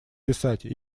писать